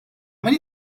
many